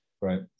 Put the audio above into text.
right